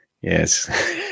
Yes